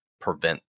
prevent